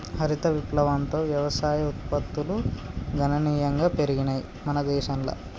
హరిత విప్లవంతో వ్యవసాయ ఉత్పత్తులు గణనీయంగా పెరిగినయ్ మన దేశంల